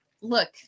look